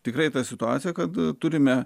tikrai tą situaciją kad turime